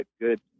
good